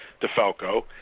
DeFalco